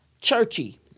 Churchy